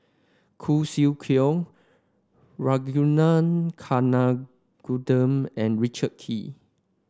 Khoo Swee Chiow Ragunathar Kanagasuntheram and Richard Kee